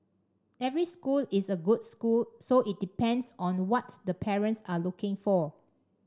every school is a good school so it depends on what the parents are looking for